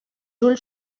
ulls